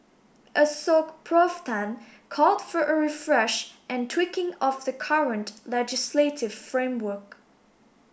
Assoc Prof Tan called for a refresh and tweaking of the current legislative framework